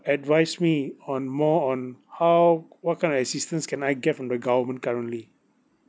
advise me on more on how what kind of assistance can I get from the government currently